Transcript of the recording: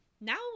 Now